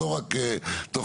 ולא רק תוכניות.